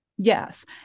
Yes